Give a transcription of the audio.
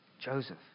Joseph